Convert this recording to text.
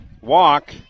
walk